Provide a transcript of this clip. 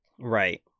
right